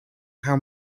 how